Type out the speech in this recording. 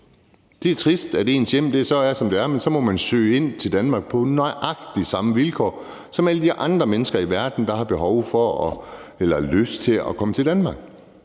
Det er trist, at ens hjem er, som det er, men så må man søge til Danmark på nøjagtig samme vilkår, som gælder for alle de andre mennesker i verden, der har behov for eller lyst til at komme til Danmark.